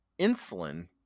insulin